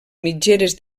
mitgeres